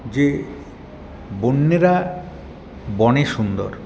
যে বন্যেরা বনে সুন্দর